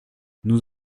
nous